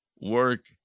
work